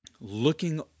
looking